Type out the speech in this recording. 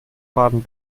baden